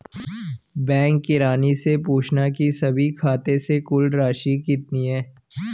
bank किरानी से पूछना की सभी खाते से कुल राशि कितनी है